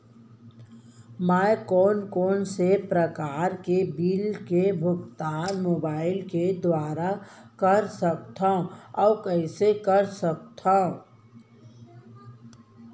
मैं कोन कोन से प्रकार के बिल के भुगतान मोबाईल के दुवारा कर सकथव अऊ कइसे कर सकथव?